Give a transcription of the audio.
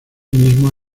mismo